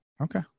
Okay